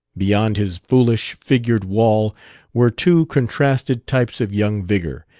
beyond his foolish, figured wall were two contrasted types of young vigor,